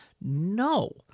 No